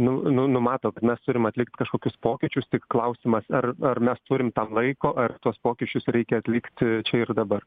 nu nu numato kad mes turim atlikt kažkokius pokyčius tik klausimas ar ar mes turim tam laiko ar tuos pokyčius reikia atlikt čia ir dabar